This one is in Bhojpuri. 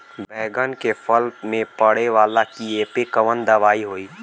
बैगन के फल में पड़े वाला कियेपे कवन दवाई होई?